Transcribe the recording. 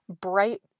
bright